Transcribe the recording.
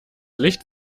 licht